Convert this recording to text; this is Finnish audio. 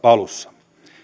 alussa